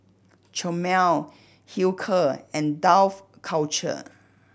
Chomel Hilker and Dough Culture